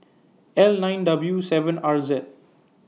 L nine W seven R Z